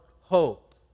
hope